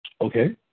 Okay